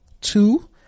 two